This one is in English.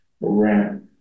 ramp